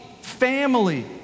family